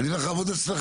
אז אני אלך לעבוד אצלך.